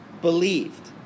believed